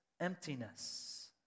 emptiness